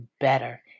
better